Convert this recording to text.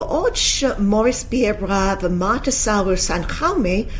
עוד שמוריס ביאברה, ומאתה סאורס, וקאומי